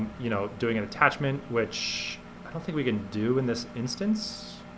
you know doing an attachment which i don't think we can do in this instance.